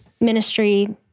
ministry